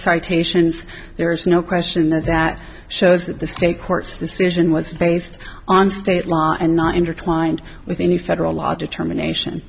citations there is no question that that shows that the state court decision was based on state law and not intertwined with any federal law determination